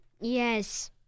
Yes